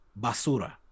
Basura